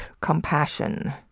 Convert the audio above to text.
compassion